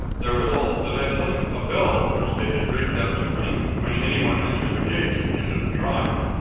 there was also, did i tell you? a bell which they had rigged up to ring, when anyone entered the gates at the end of the drive.